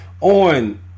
on